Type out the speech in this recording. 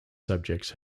subjects